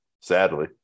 Sadly